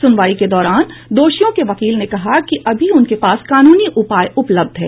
सुनवाई के दौरान दोषियों के वकील ने कहा कि अभी उनके पास कानूनी उपाय उपलब्ध हैं